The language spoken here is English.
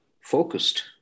focused